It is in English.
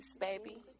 baby